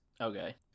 Okay